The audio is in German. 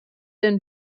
den